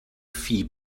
phi